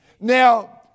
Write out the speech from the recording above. Now